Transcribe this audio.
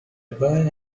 boy